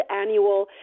annual